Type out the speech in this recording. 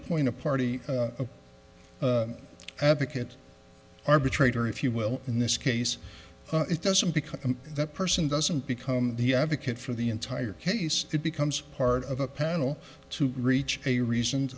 point a party advocate arbitrator if you will in this case it doesn't because that person doesn't become the advocate for the entire case it becomes part of a panel to reach a reason